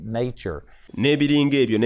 nature